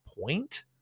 point—